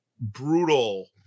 brutal